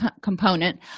component